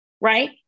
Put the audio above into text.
right